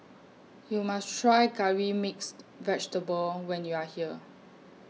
YOU must Try Curry Mixed Vegetable when YOU Are here